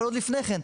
אבל עוד לפני כן,